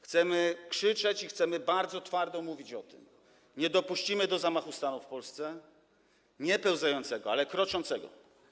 Chcemy krzyczeć i chcemy bardzo twardo mówić o tym: Nie dopuścimy do zamachu stanu w Polsce, nie pełzającego, ale kroczącego.